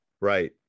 right